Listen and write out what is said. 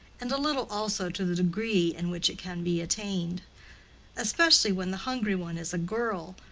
and a little also to the degree in which it can be attained especially when the hungry one is a girl,